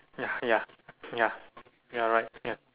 ya ya ya you are right ya